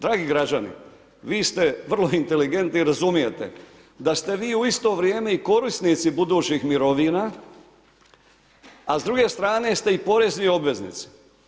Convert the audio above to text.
Dragi građani, vi ste vrlo inteligentni i razumijete da ste vi u isto vrijeme i korisnici budućih mirovina, a s druge strane ste i porezni obveznici.